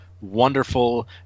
wonderful